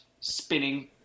spinning